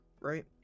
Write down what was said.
right